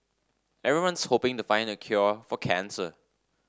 everyone's hoping to find the cure for cancer